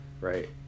Right